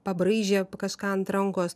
pabraižė kažką ant rankos